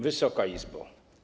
Wysoka Izbo!